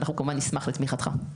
ואנחנו כמובן נשמח לתמיכתך.